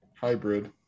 hybrid